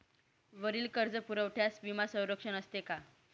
वरील कर्जपुरवठ्यास विमा संरक्षण असते का?